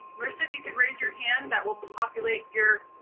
marissa, if you could raise your hand, that would populate your